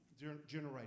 generation